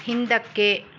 ಹಿಂದಕ್ಕೆ